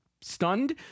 stunned